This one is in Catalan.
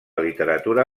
literatura